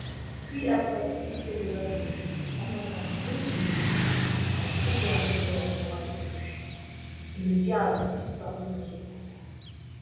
puis après il s'éleva une fumée on entendit deux cou'ps de tonnerre un brouillard épais entoura les clochers et lè diable disparut dans ce brouillard